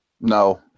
No